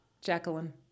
Jacqueline